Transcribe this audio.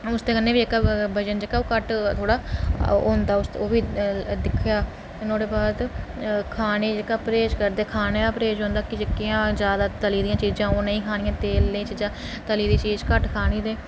उस दे कन्नै बी वजन जेह्का ओह् घट्ट थोह्ड़ा ओह् होंदा ओह् बी दिक्खना फ्ही नुहाड़े बाद खाने ई जेह्का परेह्ज करदे खाने दा परेह्ज जेह्कियां जैदा तली दियां चीजां ओह् नेईं खानियां तेलै दियां चीजां तेल दी चीज घट्ट खानी ते